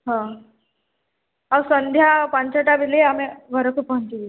ହଁ ଆଉ ସନ୍ଧ୍ୟା ପାଞ୍ଚଟା ବେଲେ ଆମେ ଘରକୁ ପହଁଞ୍ଚି ଯାଇଥିବା